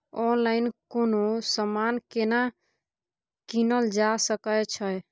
Online कोनो समान केना कीनल जा सकै छै?